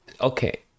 okay